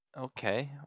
Okay